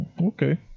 Okay